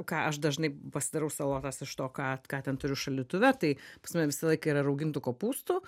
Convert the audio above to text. ką aš dažnai pasidarau salotas iš to ką ką ten turiu šaldytuve tai pas mane visą laik yra raugintų kopūstų